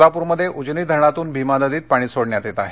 सोलाप्रमध्ये उजनी धरणातून भीमा नदीत पाणी सोडण्यात येत आहे